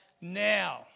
now